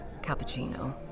cappuccino